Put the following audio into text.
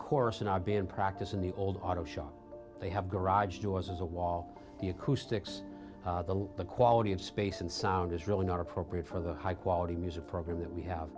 course in our band practice in the old auto shop they have garage doors as a wall the acoustics the the quality of space and sound is really not appropriate for the high quality music program that we have